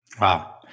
Wow